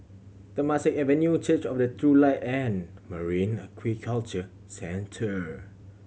Temasek Avenue Church of the True Light and Marine Aquaculture Centre